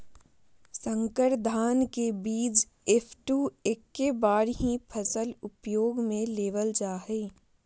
संकर धान के बीज एफ.टू एक्के बार ही फसल उपयोग में लेवल जा हइ